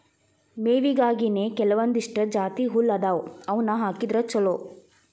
ಮೇವಿಗಾಗಿನೇ ಕೆಲವಂದಿಷ್ಟು ಜಾತಿಹುಲ್ಲ ಅದಾವ ಅವ್ನಾ ಹಾಕಿದ್ರ ಚಲೋ